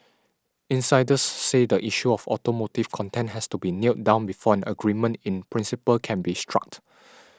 insiders say the issue of automotive content has to be nailed down before an agreement in principle can be struck